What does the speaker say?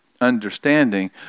understanding